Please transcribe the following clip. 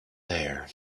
there